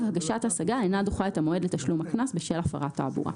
הגשת השגה אינה דוחה את המועד לתשלום הקנס בשל הפרת התעבורה.